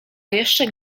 jeszcze